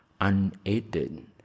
unaided